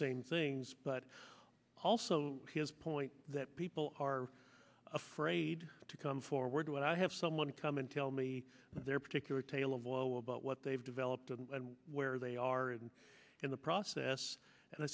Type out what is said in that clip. same things but also his point that people are afraid to come forward when i have someone to come and tell me their particular tale of woe about what they've developed and where they are and in the process and i